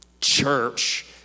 church